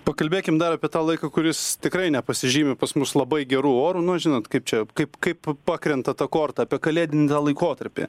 pakalbėkim dar apie tą laiką kuris tikrai nepasižymi pas mus labai geru oru nu žinot kaip čia kaip kaip pakrenta ta korta apie kalėdinį tą laikotarpį